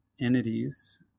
entities